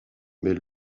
met